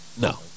no